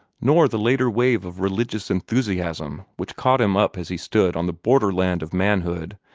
nor the later wave of religious enthusiasm which caught him up as he stood on the border-land of manhood,